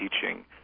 teaching